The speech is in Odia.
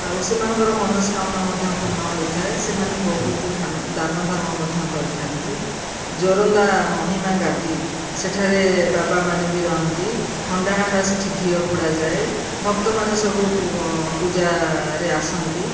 ଆଉ ସେମାନଙ୍କର ମନସ୍କାମନା ମଧ୍ୟ ପୂର୍ଣ୍ଣ ହୋଇଥାଏ ସେମାନେ ବହୁତ ଦାନ ଧର୍ମ ମଧ୍ୟ କରିଥାନ୍ତି ଯୋରନ୍ଦା ମହିମା ଗାଦି ସେଠାରେ ବାବାମାନେ ବି ରୁହନ୍ତି ହଣ୍ଡା ହଣ୍ଡା ସେଇଠି ଘିଅ ପୋଡ଼ାଯାଏ ଭକ୍ତମାନେ ସବୁ ପୂଜାରେ ଆସନ୍ତି